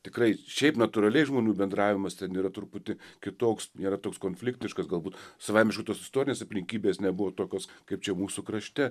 tikrai šiaip natūraliai žmonių bendravimas ten yra truputį kitoks nėra toks konfliktiškas galbūt savaime aišku tos istorinės aplinkybės nebuvo tokios kaip čia mūsų krašte